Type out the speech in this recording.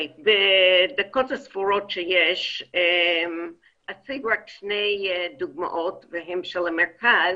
בדקות הספורות שיש אציג רק שתי דוגמאות והן של המרכז,